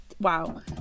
Wow